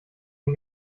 den